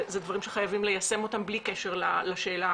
אלה דברים שחייבים ליישם אותם בלי קשר לשאלה